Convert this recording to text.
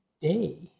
day